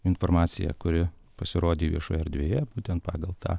informaciją kuri pasirodė viešoje erdvėje būtent pagal tą